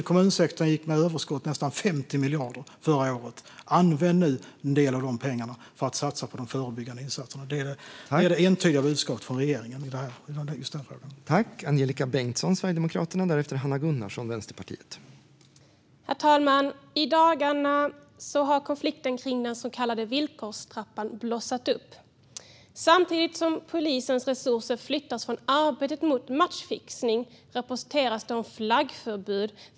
Kommunsektorn gick med överskott med nästan 50 miljarder förra året. Använd nu en del av de pengarna för att satsa på de förebyggande insatserna! Det är det entydiga budskapet från regeringen i den här frågan.